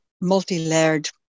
multi-layered